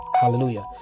Hallelujah